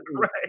Right